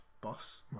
boss